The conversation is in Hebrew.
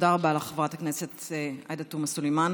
תודה רבה לך, חברת הכנסת עאידה תומא סלימאן.